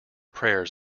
prayers